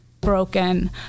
broken